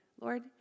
Lord